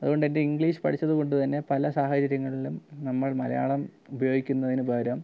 അതുകൊണ്ട് തന്നെ ഇങ്ക്ളീഷ് പഠിച്ചത് കൊണ്ട് തന്നെ പല സാഹചര്യങ്ങളിലും നമ്മൾ മലയാളം ഉപയോഗിക്കുന്നതിന് പകരം